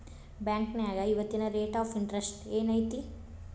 ಬಾಂಕ್ನ್ಯಾಗ ಇವತ್ತಿನ rate of interest ಏನ್ ಐತಿ